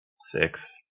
six